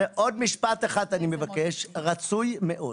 עוד משפט אחד אני מבקש, רצוי מאוד